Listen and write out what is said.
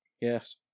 yes